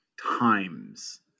times